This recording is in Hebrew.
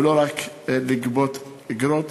ולא רק לגבות אגרות.